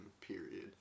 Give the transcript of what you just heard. period